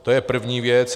To je první věc.